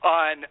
on